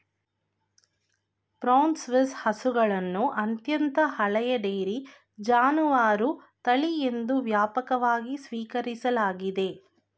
brown Swiss ಹಸುಗಳನ್ನು ಅತ್ಯಂತ ಹಳೆಯ ಡೈರಿ ಜಾನುವಾರು ತಳಿ ಎಂದು ವ್ಯಾಪಕವಾಗಿ ಸ್ವೀಕರಿಸಲಾಗಿದೆ